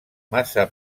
massa